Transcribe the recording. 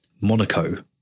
Monaco